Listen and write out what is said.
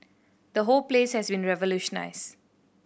the whole place has been revolutionised